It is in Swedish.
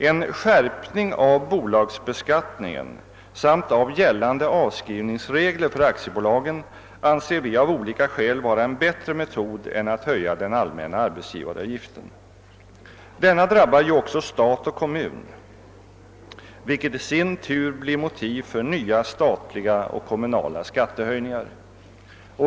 En skärpning av bolagsbeskattningen samt av gällande avskrivningsregler för aktiebolagen anser vi av olika skäl vara en bättre metod än att höja den allmänna arbetsgivaravgiften — denna drabbar ju också stat och kommun, vilket i sin tur blir motiv för nya statliga och kommunala skattehöjningar.